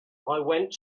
went